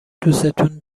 دوستون